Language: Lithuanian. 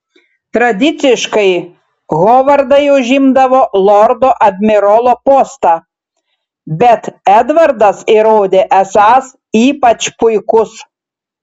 tradiciškai hovardai užimdavo lordo admirolo postą bet edvardas įrodė esąs ypač puikus